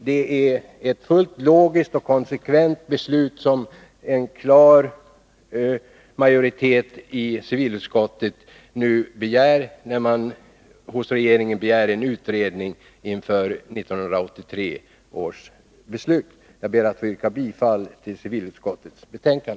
Det är ett fullt logiskt och konsekvent ställningstagande som en klar majoritet i civilutskottet vill ha, när den hos regeringen begär en utredning inför 1983 års beslut. Jag ber att få yrka bifall till civilutskottets hemställan.